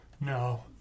No